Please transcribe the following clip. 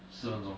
四分钟